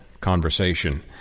conversation